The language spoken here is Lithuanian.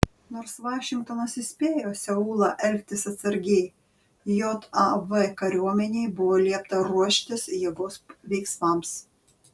nors vašingtonas įspėjo seulą elgtis atsargiai jav kariuomenei buvo liepta ruoštis jėgos veiksmams